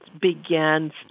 begins